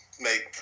make